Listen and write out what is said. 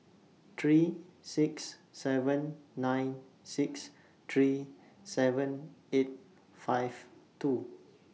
three six seven nine six three seven eight five two